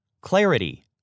Clarity